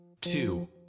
two